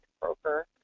Broker